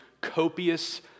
copious